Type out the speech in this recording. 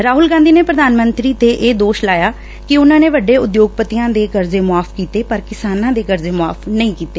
ਰਾਹੁਲ ਗਾਂਧੀ ਨੇ ਪ੍ਰਧਾਨ ਮੰਤਰੀ ਤੇ ਇਹ ਦੋਸ਼ ਵੀ ਲਾਇਆ ਕਿ ਉਨੂਾ ਨੇ ਵੱਡੇ ਉਦਯੋਗਪਤੀਆਂ ਦੇ ਕਰਜ਼ੇ ਮੁਆਫ ਕੀਤੇ ਪਰ ਕਿਸਾਨਾਂ ਦੇ ਕਰਜ਼ੇ ਮੁਆਫ ਨਹੀਂ ਕੀਤੇ